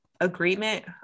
agreement